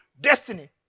destiny